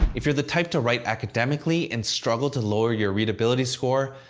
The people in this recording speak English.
if you're the type to write academically and struggle to lower your readability score,